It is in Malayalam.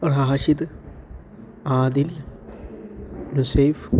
റാഷിദ് ആദിൽ ഹുസൈഫ്